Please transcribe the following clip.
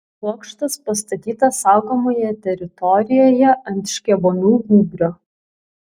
bokštas pastatytas saugomoje teritorijoje ant škėvonių gūbrio